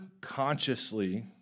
consciously